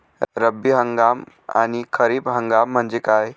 रब्बी हंगाम आणि खरीप हंगाम म्हणजे काय?